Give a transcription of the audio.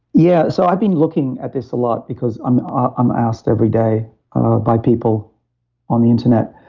yeah, so i've been looking at this a lot because i'm ah um asked every day by people on the internet.